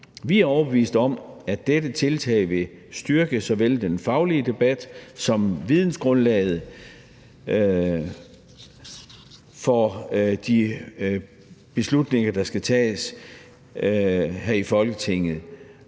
Vi er overbeviste om, at dette tiltag vil styrke såvel den faglige debat som vidensgrundlaget for de beslutninger, der skal tages her i Folketinget.